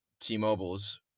T-Mobiles